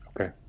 Okay